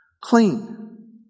clean